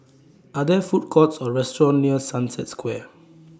Are There Food Courts Or restaurants near Sunset Square